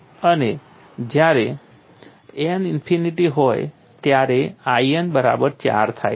અને જ્યારે n infinity હોય ત્યારે In બરાબર 4 થાય છે